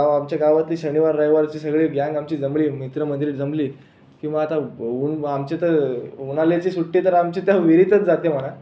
गाव आमच्या गावातली शनिवार रविवारची सगळी गँग आमची जमली मित्रमंडळी जमली की मग आता उन आमची तर उन्हाळ्याची सुट्टी तर आमची त्या विहिरीतच जाते म्हणा